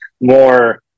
more